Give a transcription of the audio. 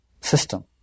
system